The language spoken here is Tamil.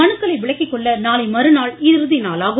மனுக்களை விலக்கி கொள்ள நாளை மறுநாள் இறுதி நாளாகும்